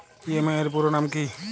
EMI এর পুরোনাম কী?